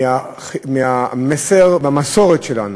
מהמסר במסורת שלנו,